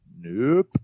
Nope